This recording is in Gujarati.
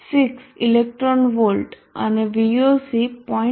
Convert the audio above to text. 16 ઇલેક્ટ્રોન વોલ્ટ અને Voc 0